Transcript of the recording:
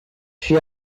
she